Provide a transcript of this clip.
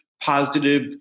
positive